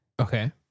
Okay